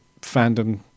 fandom